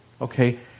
Okay